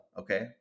Okay